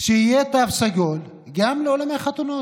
שיהיה תו סגול גם לאולמות חתונות.